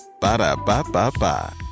Ba-da-ba-ba-ba